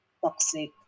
toxic